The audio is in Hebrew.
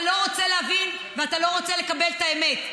אתה לא רוצה להבין ואתה לא רוצה לקבל את האמת,